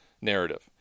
narrative